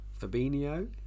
Fabinho